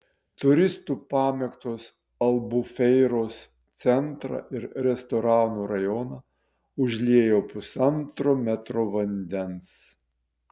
turistų pamėgtos albufeiros centrą ir restoranų rajoną užliejo pusantro metro vandens